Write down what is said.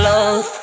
Love